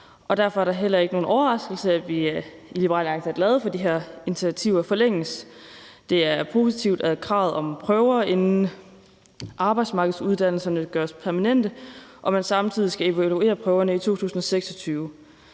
Derfor er det heller ikke nogen overraskelse, at vi i Liberal Alliance er glade for, at de her initiativer forlænges. Det er positivt med kravet om prøver, inden arbejdsmarkedsuddannelserne gøres permanente, og at man samtidig skal evaluere prøverne i 2026.